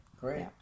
Great